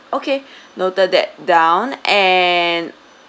okay noted that down and